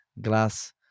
glass